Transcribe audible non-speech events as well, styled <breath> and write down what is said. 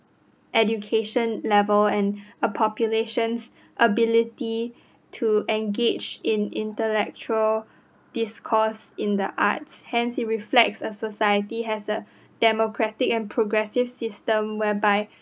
education level and <breath> a population's ability to engage in intellectual discourse in the arts hence it reflects a society has the democratic and progressive system whereby